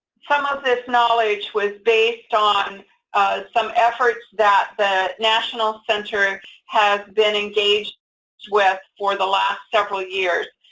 some of this knowledge was based on some efforts that the national center has been engaged with for the last several years,